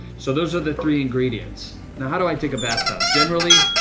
so those are the three ingredients. now how do i take a bathtub. generally,